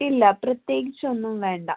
ഇല്ല പ്രത്യേകിച്ചൊന്നും വേണ്ട